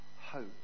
hope